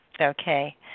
okay